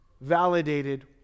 validated